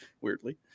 weirdly